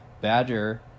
Badger